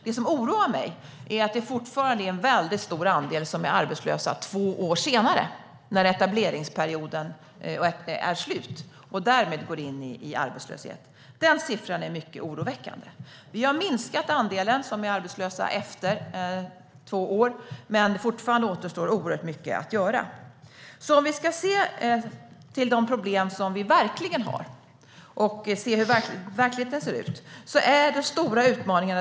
Det som oroar mig är att det fortfarande är en väldigt stor andel som är arbetslösa två år senare, när etableringsperioden är slut. Den siffran är mycket oroväckande. Vi har minskat an-delen som är arbetslösa efter två år, men fortfarande återstår oerhört mycket att göra. Om vi ser till de problem vi verkligen har och tittar på hur verkligheten ser ut finns det två stora utmaningar.